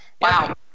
wow